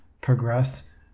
progress